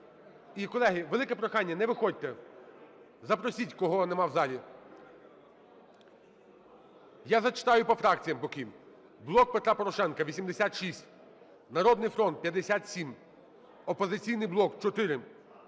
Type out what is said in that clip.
І, колеги, велике прохання, не виходьте. Запросіть, кого нема в залі. Я зачитаю по фракціях поки. "Блок Петра Порошенка" – 86, "Народний фронт" – 57, "Опозиційний блок" –